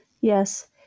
Yes